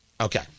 Okay